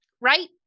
Right